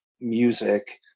music